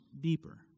deeper